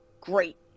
great